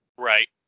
Right